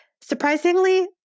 surprisingly